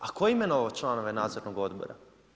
A tko je imenovao članove Nadzornog odbora?